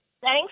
Thanks